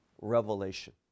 revelation